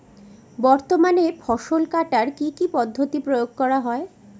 বর্তমানে ফসল কাটার কি কি পদ্ধতি প্রয়োগ করা হয়?